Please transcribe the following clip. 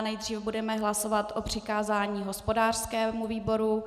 Nejdříve budeme hlasovat o přikázání hospodářskému výboru.